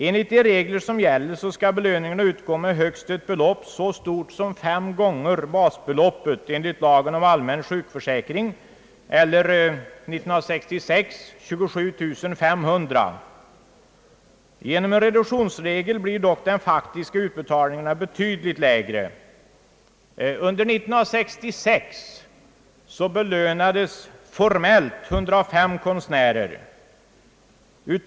Enligt gällande regler skall belöningarna utgå med högst ett belopp som motsvarar fem gånger basbeloppet enligt lagen om allmän sjukförsäkring, eller år 1966 27500 kronor. Genom en reduktionsregel blir dock den faktiska utbetalningen betydligt lägre. Under 1966 belönades formellt 105 konstnärer.